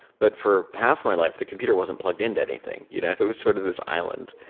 but for half my life, the computer wasn't plugged into anything. you know it was sort of this island.